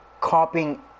copying